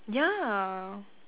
ya